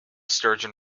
sturgeon